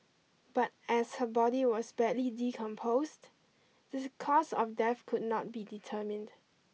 but as her body was badly decomposed this cause of death could not be determined